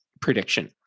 prediction